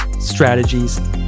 strategies